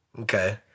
Okay